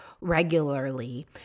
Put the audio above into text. regularly